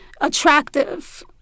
attractive